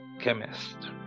chemist